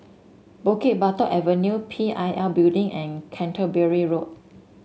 Bukit Batok Avenue P I L Building and Canterbury Road